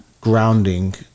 grounding